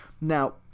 Now